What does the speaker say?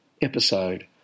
episode